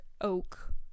Oak